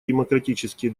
демократические